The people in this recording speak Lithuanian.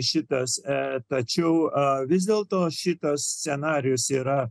šitas tačiau ar vis dėlto šitas scenarijus yra